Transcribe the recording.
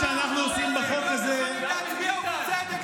חברי הכנסת שלך מתביישים.